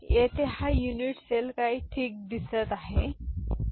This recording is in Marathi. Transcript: तर येथे हा युनिट सेल काही ठीक दिसत आहे